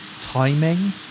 timing